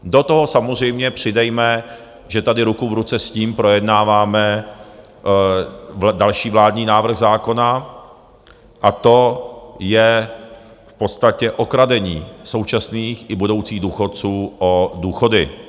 Do toho samozřejmě přidejme, že tady ruku v ruce s tím projednáváme další vládní návrh zákona, a to je v podstatě okradení současných i budoucích důchodců o důchody.